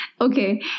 Okay